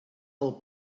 del